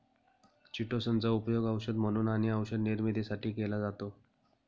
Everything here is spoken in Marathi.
चिटोसन चा उपयोग औषध म्हणून आणि औषध निर्मितीसाठी केला जातो